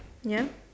ya